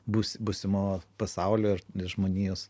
bus būsimo pasaulio ir žmonijos